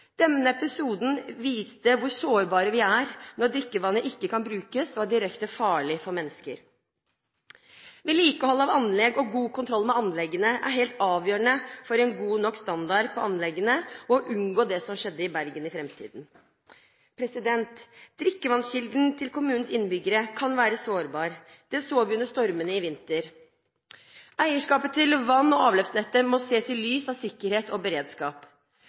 Denne episoden viste hvor sårbare vi er når drikkevannet ikke kan brukes og er direkte farlig for mennesker. Vedlikehold av og god kontroll med anleggene er helt avgjørende for en god nok standard på anleggene og for å unngå det som skjedde i Bergen, i fremtiden. Drikkevannskilden til kommunens innbyggere kan være sårbar. Det så vi under stormene i vinter. Eierskapet til vann- og avløpsnettet må ses i lys av sikkerhet og beredskap.